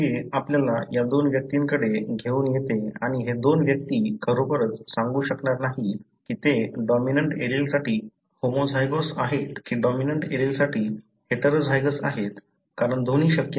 हे आपल्याला या दोन व्यक्तींकडे घेऊन येते आणि हे दोन व्यक्ती खरोखरच सांगू शकणार नाहीत की ते डॉमिनंट एलीलसाठी होमोझायगोस आहेत की डॉमिनंट एलीलसाठी हेटेरोझायगस आहेत कारण दोन्ही शक्य आहेत